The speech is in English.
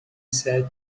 said